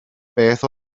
beth